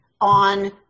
on